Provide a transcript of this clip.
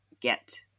get